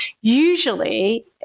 usually